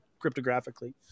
cryptographically